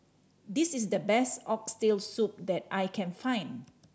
this is the best Oxtail Soup that I can find